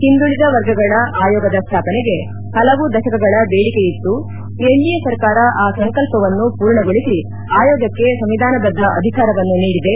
ಹಿಂದುಳಿದ ವರ್ಗಗಳ ಆಯೋಗದ ಸ್ಥಾಪನೆಗೆ ಹಲವು ದಶಕಗಳ ಬೇಡಿಕೆ ಇತ್ತು ಎನ್ಡಿಎ ಸರ್ಕಾರ ಆ ಸಂಕಲ್ಪವನ್ನು ಪೂರ್ಣಗೊಳಿಸಿ ಆಯೋಗಕ್ಕೆ ಸಂವಿಧಾನಬದ್ದ ಅಧಿಕಾರವನ್ನು ನೀಡಿದೆ